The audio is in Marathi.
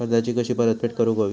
कर्जाची कशी परतफेड करूक हवी?